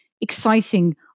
exciting